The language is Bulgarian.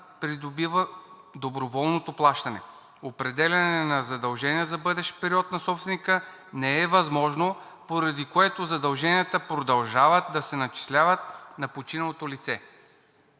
срок за доброволното плащане. Определяне на задължения за бъдещ период на собственика не е възможно, поради което задълженията продължават да се начисляват на починалото лице.